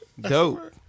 Dope